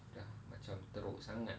dah macam teruk sangat